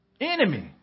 Enemy